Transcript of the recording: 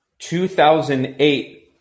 2008